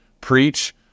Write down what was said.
preach